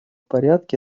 порядке